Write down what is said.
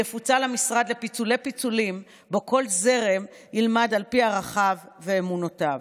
יפוצל המשרד לפיצולי-פיצולים ובו כל זרם ילמד על פי ערכיו ואמונותיו.